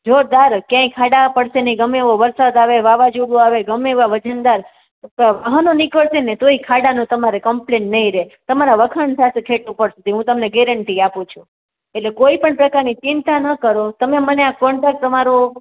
જોરદાર ક્યાંય ખાડા પડશે નહીં ગમે એવો વરસાદ આવે વાવાઝોડું આવે ગમે એવાં વજનદાર અથવા વાહનો નીકળશે ને તોય ખાડાનો તમારે કમ્પલેન નહીં રહે તમારા વખાણ થશે ઠેઠ ઉપર સુધી હું તમને ગેરન્ટી આપું છું એટલે કોઈ પણ પ્રકારની ચિંતા ન કરો તમે મને આ કોન્ટ્રાક્ટ તમારો